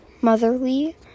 motherly